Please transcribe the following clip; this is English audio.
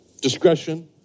Discretion